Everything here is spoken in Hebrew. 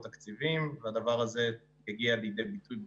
בסוף זה לא אנחנו אלו שמצביעים,